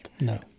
No